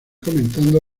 comentando